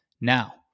now